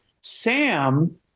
sam